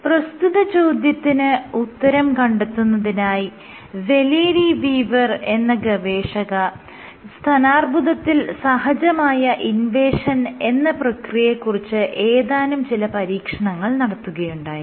പ്രസ്തുത ചോദ്യത്തിന് ഉത്തരം കണ്ടെത്തുന്നതിനായി വലേരി വീവർ എന്ന ഗവേഷക സ്തനാർബുദത്തിൽ സഹജമായ ഇൻവേഷൻ എന്ന പ്രക്രിയയെ കുറിച്ച് ഏതാനും ചില പരീക്ഷണങ്ങൾ നടത്തുകയുണ്ടായി